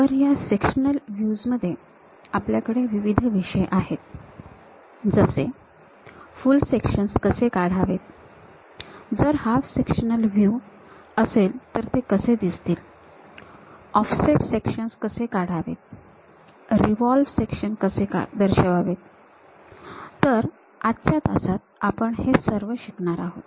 तर या sectional views मध्ये आपल्याकडे विविध विषय आहेत जसे फुल सेक्शन्स कसे काढावेत जर हाफ सेक्शनल व्ह्यू असेल तर ते कसे दिसतील ऑफसेट सेक्शन्स कसे काढावेत रिव्हॉल्व्ह सेक्शन्स कसे दर्शवावेत तर आजच्या तासात आपण हे सर्व शिकणार आहोत